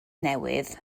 newydd